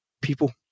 people